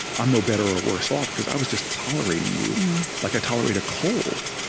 i'm no better or worse off, because i was just tolerating you like i tolerate a cold.